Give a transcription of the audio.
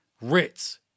Ritz